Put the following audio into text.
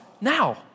now